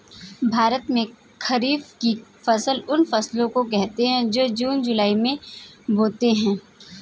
भारत में खरीफ की फसल उन फसलों को कहते है जो जून जुलाई में बोते है